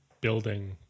building